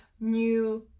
new